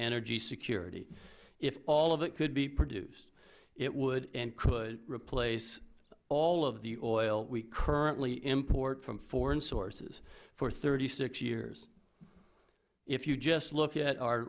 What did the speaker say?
energy security if all that could be produced it would and could replace all of the oil we currently import from foreign sources for thirty six years if you just look at our